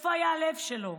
איפה היה הלב שלו?